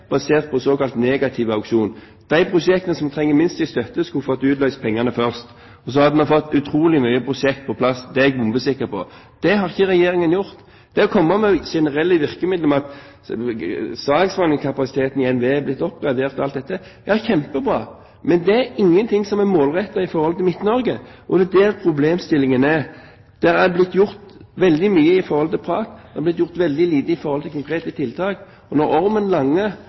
basert på såkalt negativ auksjon. De prosjektene som trenger minst i støtte, skulle fått utløst pengene først. Da hadde vi fått utrolig mange prosjekter på plass, det er jeg bombesikker på. Dette har ikke Regjeringen gjort. Det å komme med generelle virkemidler, at saksbehandlingskapasiteten i NVE er blitt oppgradert, osv., er kjempebra, men ikke noe er målrettet med tanke på Midt-Norge. Det er der problemstillingen ligger. Det er blitt gjort veldig mye i form av prat og veldig lite i form av konkrete tiltak.